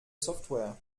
software